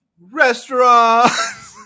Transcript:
restaurants